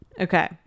Okay